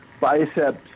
biceps